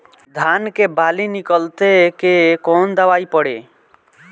धान के बाली निकलते के कवन दवाई पढ़े?